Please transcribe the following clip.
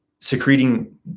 secreting